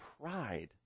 pride